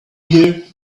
here